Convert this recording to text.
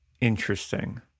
Interesting